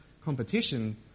competition